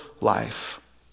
life